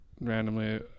randomly